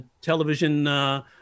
television